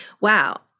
wow